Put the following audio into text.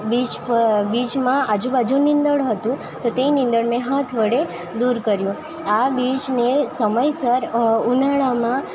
બીજ પર બીજમાં આજુબાજુ નીંદણ હતું તોતે નીંદણ મેં હાથ વડે દૂર કર્યું આ બીજને સમયસર ઉનાળામાં